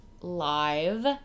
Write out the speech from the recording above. live